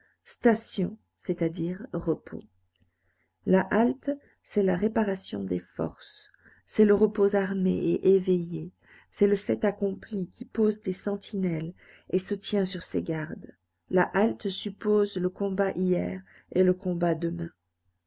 station c'est-à-dire repos la halte c'est la réparation des forces c'est le repos armé et éveillé c'est le fait accompli qui pose des sentinelles et se tient sur ses gardes la halte suppose le combat hier et le combat demain